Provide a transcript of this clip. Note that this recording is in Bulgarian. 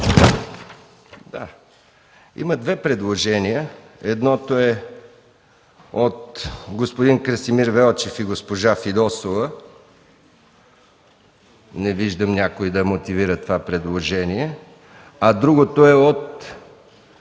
има две предложения. Едното е от господата Красимир Велчев и Искра Фидосова. Не виждам някой да мотивира това предложение. (Парламентарната